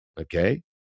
okay